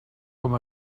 com